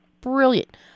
brilliant